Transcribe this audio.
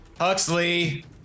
Huxley